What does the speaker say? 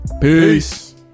Peace